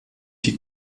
die